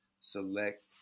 select